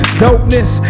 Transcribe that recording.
dopeness